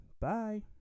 bye